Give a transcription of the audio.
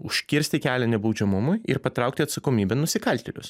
užkirsti kelią nebaudžiamumui ir patraukti atsakomybėn nusikaltėlius